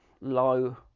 low